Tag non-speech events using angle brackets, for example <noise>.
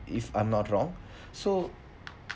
if I'm not wrong <breath> so